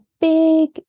big